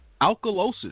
Alkalosis